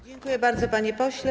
Dziękuję bardzo, panie pośle.